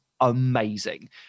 amazing